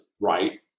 right